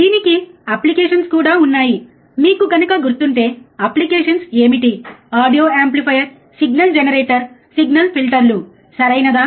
దీనికి అప్లికేషన్స్ కూడా ఉన్నాయి మీకు గనక గుర్తుంటే అప్లికేషన్స్ ఏమిటి audio amplifier signal generator signal ఫిల్టర్లు సరైనదా